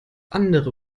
andere